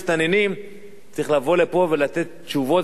צריך לבוא לפה ולתת תשובות ולשאול את השאלות הנכונות,